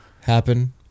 Happen